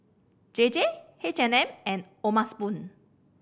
J J H and M and O'ma Spoon